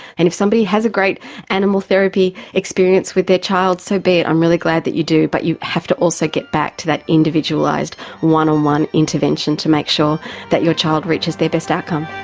and if somebody has a great animal therapy experience with their child, so be it, i'm really glad that you do, but you have to also get back to that individualised one-on-one intervention to make sure that your child reaches their best outcome.